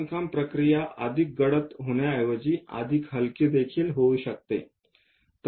बांधकाम प्रक्रिया अधिक गडद होण्याऐवजी अधिक हलकी देखील होऊ शकते